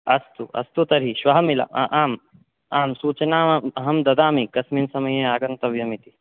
अस्तु अस्तु तर्हि श्वः मिलाम आम् आं सूचना अहं ददामि कस्मिन् समये आगन्तव्यमिति